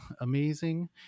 amazing